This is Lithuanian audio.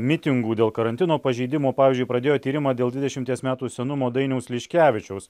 mitingų dėl karantino pažeidimo pavyzdžiui pradėjo tyrimą dėl dvidešimties metų senumo dainiaus liškevičiaus